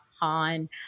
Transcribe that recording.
Han